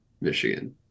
michigan